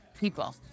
people